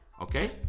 okay